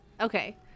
Okay